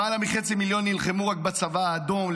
למעלה מחצי מיליון נלחמו רק בצבא האדום,